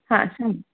आं सांगात